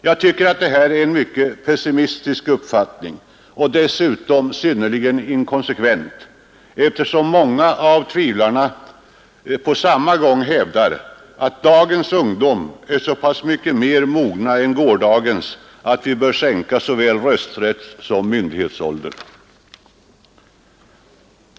Jag tycker att detta är en mycket pessimistisk uppfattning, och dessutom är den synnerligen inkonsekvent, eftersom många av tvivlarna på samma gång hävdar att dagens ungdom är så pass mycket mera mogen än gårdagens att vi bör sänka såväl rösträttssom myndighetsåldern.